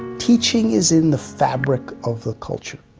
teaching is in the fabric of the culture.